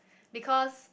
because